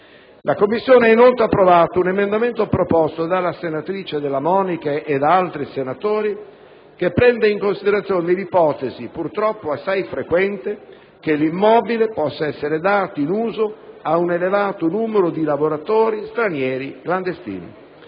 La Commissione ha inoltre approvato un emendamento proposto dalla senatrice Della Monica e da altri senatori che prende in considerazione l'ipotesi, purtroppo assai frequente, che l'immobile possa essere dato in uso ad un elevato numero di lavoratori stranieri clandestini.